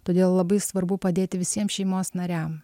todėl labai svarbu padėti visiem šeimos nariam